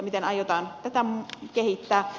miten aiotaan tätä kehittää